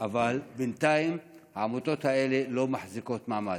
אבל בינתיים העמותות האלה לא מחזיקות מעמד.